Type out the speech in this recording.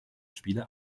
spiele